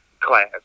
class